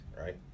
right